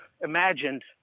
imagined